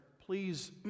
please